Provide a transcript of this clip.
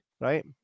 right